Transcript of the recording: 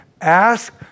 ask